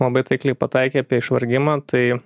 labai taikliai pataikei apie išvargimą tai